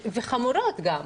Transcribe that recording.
וחמורות גם.